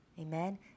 Amen